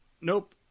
nope